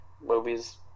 Movies